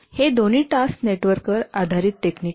हे दोन्ही task network आधारित टेक्निक आहेत